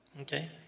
Okay